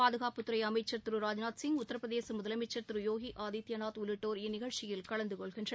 பாதுகாப்புத்துறைஅமைச்ச் திரு ராஜ்நாத்சிங் உத்திரபிரதேசமுதலமைச்ச்ர் திருயோகிஆதித்யநாத் உள்ளிட்டோர் இந்நிகழ்ச்சியில் கலந்துகொள்கின்றனர்